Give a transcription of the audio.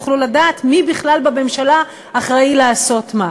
יוכלו לדעת מי בכלל בממשלה אחראי לעשות מה.